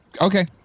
Okay